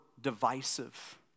divisive